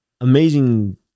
amazing